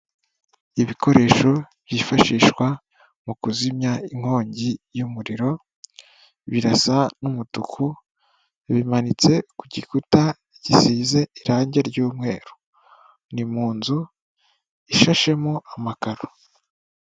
Ibikoresho byifashishwa mu kuzimya inkongi y'umuriro, birasa n'umutuku bimanitse ku gikuta gisize irangi ry'umweru, ni mu nzu ishashemo amakaro.